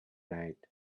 night